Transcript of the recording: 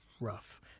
rough